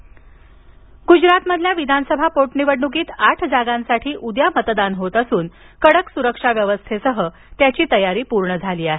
गुजरात गुजरातमधील विधानसभा पोटनिवडणुकीत आठ जागांसाठी उद्या मतदान होत असून कडक सुरक्षा व्यवस्थेसह त्याची तयारी पूर्ण झाली आहे